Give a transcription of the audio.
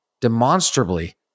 demonstrably